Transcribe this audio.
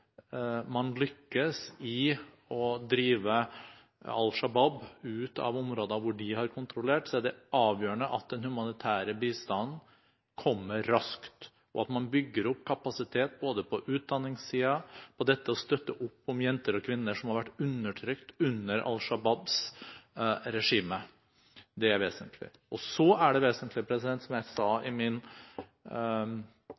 man lykkes i å drive Al Shabaab ut av områder som de har kontrollert, er det avgjørende at den humanitære bistanden kommer raskt, og at man bygger opp kapasitet på både utdanningssiden og å støtte opp om jenter og kvinner som har vært undertrykt under Al Shabaabs regime. Det er vesentlig. Og så er det vesentlig, som jeg sa